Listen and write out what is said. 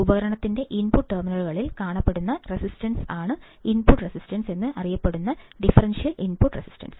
ഉപകരണത്തിന്റെ ഇൻപുട്ട് ടെർമിനലുകളിൽ കാണപ്പെടുന്ന റെസിസ്റ്റൻസ് ആണ് ഇൻപുട്ട് റെസിസ്റ്റൻസ് എന്നു അറിയപ്പെടുന്ന ഡിഫറൻഷ്യൽ ഇൻപുട്ട് റെസിസ്റ്റൻസ്